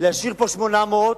להשאיר פה 800,